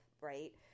Right